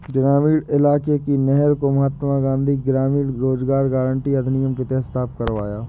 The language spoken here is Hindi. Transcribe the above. ग्रामीण इलाके की नहर को महात्मा गांधी ग्रामीण रोजगार गारंटी अधिनियम के तहत साफ करवाया